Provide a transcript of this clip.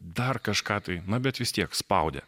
dar kažką tai na bet vis tiek spaudė